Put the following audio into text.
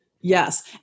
Yes